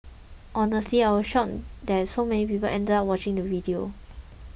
honestly I was shocked that so many people ended up watching the video